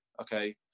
okay